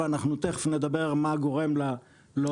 ואנחנו תכף נדבר על מה גורם לה.